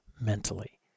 mentally